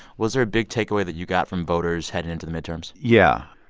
was there a big takeaway that you got from voters heading into the midterms? yeah.